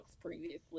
previously